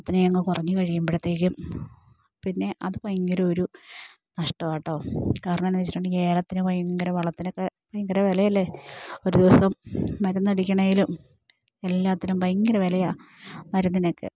കുത്തനെയങ്ങ് കുറഞ്ഞ് കഴിയുമ്പോഴ്ത്തേക്കും പിന്നെ അത് ഭയങ്കര ഒരു നഷ്ടമാട്ടോ കാരണം എന്ന് വച്ചിട്ടുണ്ടെങ്കിൽ ഏലത്തിന് ഭയങ്കര വളത്തിനൊക്കെ ഭയങ്കര വിലയല്ലേ ഒരു ദിവസം മരുന്നടിക്കണേലും എല്ലാത്തിനും ഭയങ്കര വിലയാ മരുന്നിനൊക്കെ